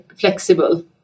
flexible